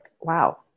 wow